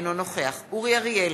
אינו נוכח אורי אריאל,